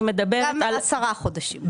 גם עשרה חודשים קודם.